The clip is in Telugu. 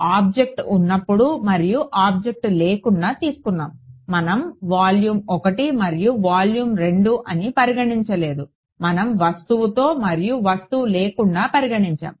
ఆబ్జెక్ట్ ఉన్నప్పుడు మరియు ఆబ్జెక్ట్ లేకుండా తీసుకున్నాము మనం వాల్యూమ్ ఒకటి మరియు వాల్యూమ్ రెండు అని పరిగణించలేదు మనం వస్తువుతో మరియు వస్తువు లేకుండా పరిగణించాము